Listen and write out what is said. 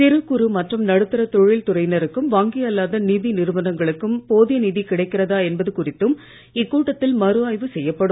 சிறு குறு மற்றும் நடுத்தா தொழில்துறையினருக்கும் வங்கி அல்லாத நிதி நிறுவனங்களுக்கும் போதிய நிதி கிடைக்கறதா என்பது குறித்தும் இக்கூட்டத்தில் மறு ஆய்வு செய்யப்படும்